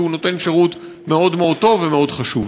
כי הוא נותן שירות מאוד טוב ומאוד חשוב.